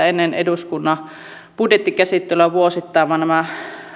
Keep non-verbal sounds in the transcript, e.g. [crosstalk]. [unintelligible] ennen eduskunnan budjettikäsittelyä vaan nämä